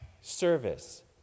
service